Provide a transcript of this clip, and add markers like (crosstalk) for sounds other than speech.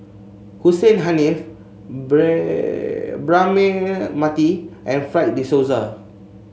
Hussein Haniff (unintelligible) Braema Mathi and Fred De Souza